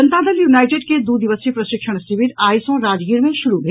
जनता Dal United के दू दिवसीय प्रशिक्षण शिविर आइ सॅ राजगीर मे शुरू भेल